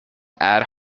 add